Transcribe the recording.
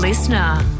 Listener